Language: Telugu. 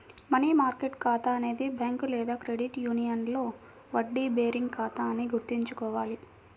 మనీ మార్కెట్ ఖాతా అనేది బ్యాంక్ లేదా క్రెడిట్ యూనియన్లో వడ్డీ బేరింగ్ ఖాతా అని గుర్తుంచుకోవాలి